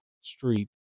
Street